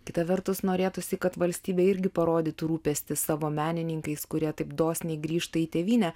kita vertus norėtųsi kad valstybė irgi parodytų rūpestį savo menininkais kurie taip dosniai grįžta į tėvynę